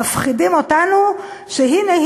מפחידים אותנו שהנה,